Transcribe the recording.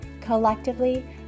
Collectively